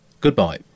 goodbye